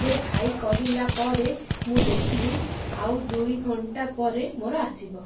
ସେ ଭାଇ କହିଲା ପରେ ମୁଁ ଦେଖିଲି ଆଉ ଦୁଇ ଘଣ୍ଟା ପରେ ମୋର ଆସିବ